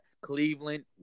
Cleveland